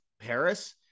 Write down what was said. Paris